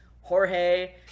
Jorge